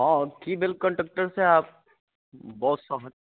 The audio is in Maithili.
हँ की भेल कंडक्टर साहब बस अहाँ